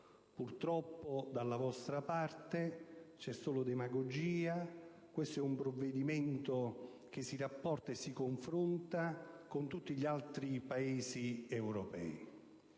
Purtroppo, dalla vostra parte c'è solo demagogia, ma il provvedimento in esame si rapporta e si confronta con tutti gli altri Paesi europei.